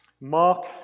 Mark